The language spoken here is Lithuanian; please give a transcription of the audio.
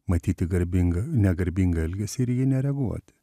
matyti garbingą negarbingą elgesį ir į jį nereaguoti